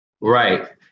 Right